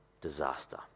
disaster